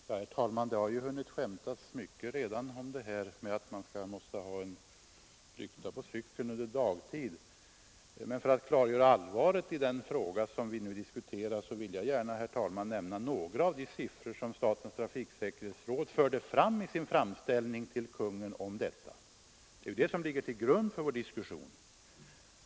Herr talman! Det har ju redan hunnit skämtas mycket om kravet att man måste ha lykta på cykeln även under dagtid. Men för att klargöra allvaret i den fråga som vi nu diskuterar vill jag, herr talman, nämna några av de siffror som statens trafiksäkerhetsråd lade fram i sin framställning till Konungen om detta. Det är det som ligger till grund för vår diskussion.